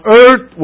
earth